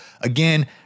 Again